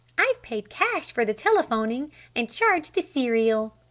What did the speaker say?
i've paid cash for the telephoning and charged the cereal.